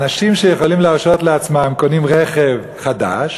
אנשים שיכולים להרשות לעצמם קונים רכב חדש,